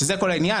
שזה כל העניין,